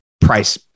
price